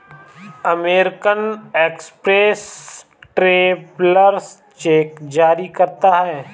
American express travellers cheque जारी करता है